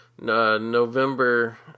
November